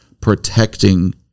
protecting